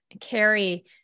Carrie